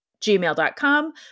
gmail.com